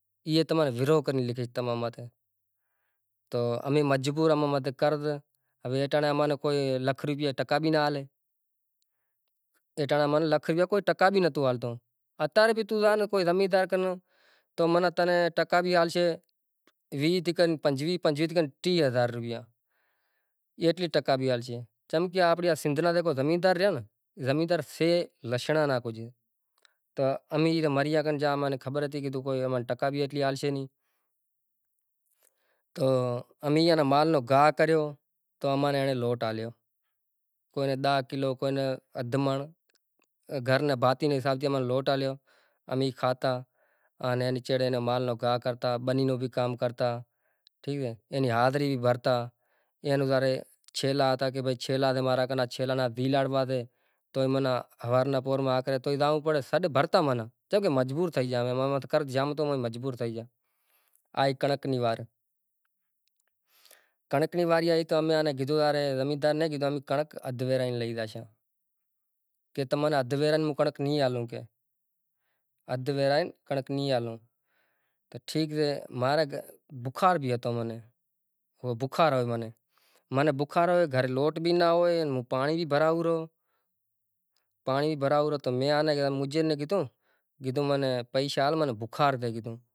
چوڈاں اگسٹ تھی گیو سوکرا ان سوکریں سائونڈ وگیرا آیو چھوٹی تقریبن بئے ترن وجے تھئی زاتی اسکول میں تقریبن بئے ہہزار یارانہں آوتو، نانکیو ہتو بکراپڑی میں بھنڑتو تقریبن ترن کلاس بھنڑیو فائدو ای تھیو کہ بیزی گھوئی سوٹھی اسکول میں زائیس، تو گلشن لطیف اسکول میں گیو مطلب گلشن لطیف اسکول میں ہوارے آٹھ ہگے زایاں وڑے ہیک وگے آواں، وری گھرے زایاں وری روٹلو کھائی راند وگیرا رمی وری سبق بیزو لکھی وری نانجی منکی ہتی اوئے ناں بھی بھنڑاتو ای ناں تقریبن بئے میں آیو پسے وری بئے را پیپر تھیا وری بیزے سال میں بھی پیپر تھیا